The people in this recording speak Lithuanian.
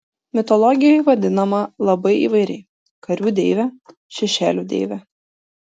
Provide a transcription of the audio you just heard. mitologijoje vadinama labai įvairiai karių deive šešėlių deive